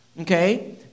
Okay